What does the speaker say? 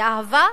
לאהבה?